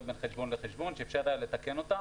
בין חשבון לחשבון ואפשר היה לתקן אותה